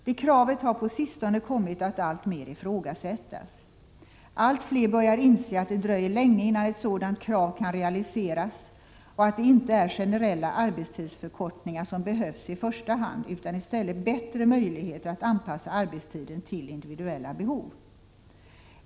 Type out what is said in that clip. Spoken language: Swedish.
Det kravet har på sistone kommit att alltmer ifrågasättas. Allt fler börjar inse att det dröjer länge innan ett sådant krav kan realiseras och att det inte är generella arbetstidsförkortningar som behövs i första hand utan i stället bättre möjligheter att anpassa arbetstiden till individuella behov.